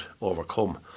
overcome